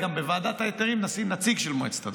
גם בוועדת ההיתרים נשים נציג של מועצת הדבש.